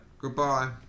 Goodbye